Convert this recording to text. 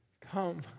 come